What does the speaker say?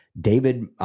David